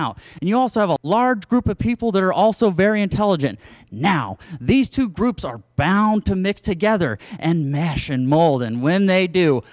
out and you also have a large group of people that are also very intelligent now these two groups are bound to mix together and mash and mold and when they do